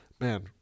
Man